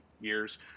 years